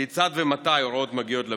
1. כיצד ומתי ההוראות מגיעות לפקידות?